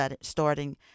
starting